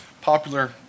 popular